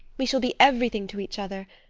we shall be everything to each other.